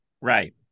Right